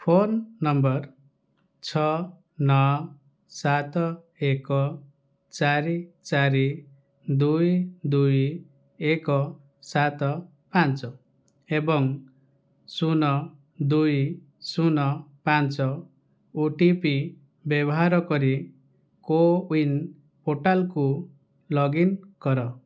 phone number ଛଅ ନଅ ସାତ ଏକ ଚାରି ଚାରି ଦୁଇ ଦୁଇ ଏକ ସାତ ପାଞ୍ଚ ଏବଂ ଶୂନ ଦୁଇ ଶୂନ ପାଞ୍ଚ ଓ ଟି ପି ବ୍ୟବହାର କରି କୋୱିନ୍ ପୋର୍ଟାଲ୍ କୁ ଲଗ୍ଇନ୍ କର